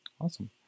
awesome